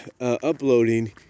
uploading